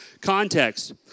context